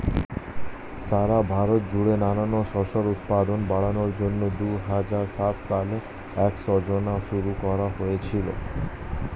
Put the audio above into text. সারা ভারত জুড়ে নানান শস্যের উৎপাদন বাড়ানোর জন্যে দুহাজার সাত সালে এই যোজনা শুরু করা হয়েছিল